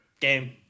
game